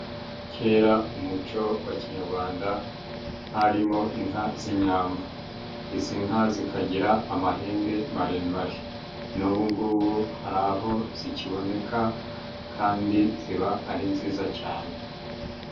Kera mu muco wa kinyagwanda harimo inka z'inyambo, izi nka zikagira amahembe maremare n'ubu ngubu hari aho zikiboneka kandi ziba ari nziza cyane.